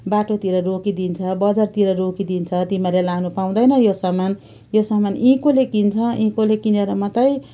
बाटोतिर रोकिदिन्छ बजारतिर रोकिदिन्छ तिमीहरूले लानु पाउँदैन यो सामान यो सामान यहीँकाले किन्छ यहीँकले किनेर मात्र